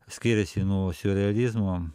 skiriasi nuo siurrealizmo